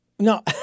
No